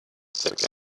six